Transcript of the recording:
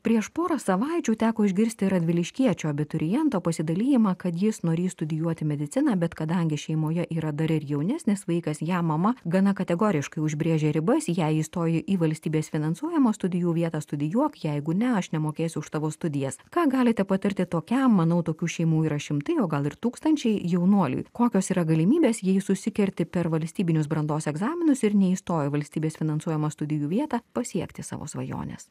prieš porą savaičių teko išgirsti radviliškiečio abituriento pasidalijimą kad jis norįs studijuoti mediciną bet kadangi šeimoje yra dar ir jaunesnis vaikas jam mama gana kategoriškai užbrėžė ribas jei įstoji į valstybės finansuojamų studijų vietą studijuok jeigu ne aš nemokėsiu už tavo studijas ką galite patarti tokiam manau tokių šeimų yra šimtai o gal ir tūkstančiai jaunuoliui kokios yra galimybės jei susikerti per valstybinius brandos egzaminus ir neįstoji į valstybės finansuojamą studijų vietą pasiekti savo svajonės